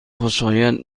خوشایند